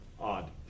odd